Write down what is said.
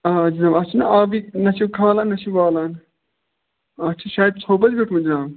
آ جناب اَتھ چھُنہٕ آبٕے نَہ چھِ کھالان نَہ چھِ والان اَتھ چھِ شایَد تھوٚپ حظ بیوٗٹھمُت جناب